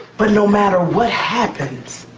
but no matter what happens,